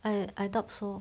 I I doubt so